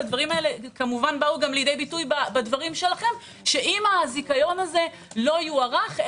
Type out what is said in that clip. והדברים האלה באו לידי ביטוי בדברים שלכם שאם הזיכיון הזה לא יוארך,